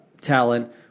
talent